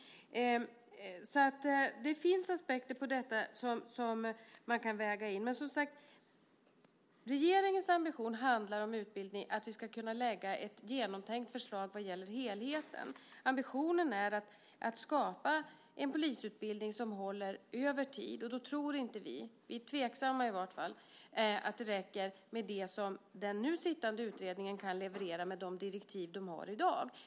Det finns aspekter på detta som man kan väga in, men regeringens ambition handlar, som sagt, om utbildning, om att vi ska kunna lägga fram ett genomtänkt förslag vad gäller helheten. Ambitionen är att skapa en polisutbildning som håller över tid, och då tror vi inte, eller är i vart fall tveksamma till, att det räcker med det som den nu arbetande utredningen kan leverera med de direktiv den har i dag.